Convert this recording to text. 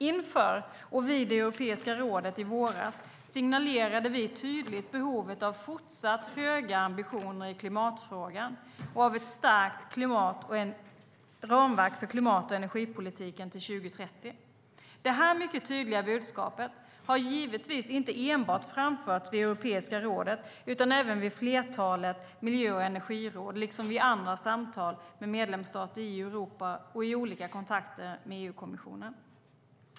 Inför och vid Europeiska rådet i våras signalerade vi tydligt behovet av fortsatt höga ambitioner i klimatfrågan och av ett starkt ramverk för klimat och energipolitiken till 2030. Det här mycket tydliga budskapet har givetvis framförts inte enbart vid Europeiska rådet utan även vid flertalet miljö och energiråd liksom vid andra samtal med medlemsstater i Europa och i olika kontakter med EU-kommissionen.